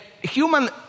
human